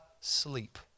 sleep